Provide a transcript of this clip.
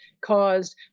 caused